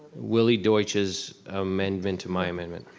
willy deutsch's amendment to my amendment.